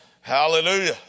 Hallelujah